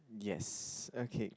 yes okay